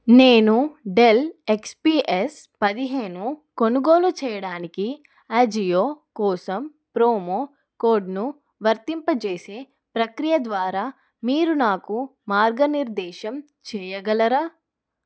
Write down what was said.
నేను Dell XPS పదిహేను కొనుగోలు చెయ్యడానికి అజియో కోసం ప్రోమో కోడ్ను వర్తింపజేసే ప్రక్రియ ద్వారా మీరు నాకు మార్గనిర్దేశం చెయ్యగలరా